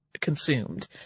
consumed